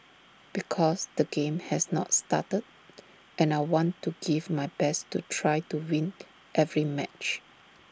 because the game has not started and I want to give my best to try to win every match